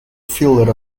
fielded